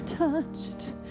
Touched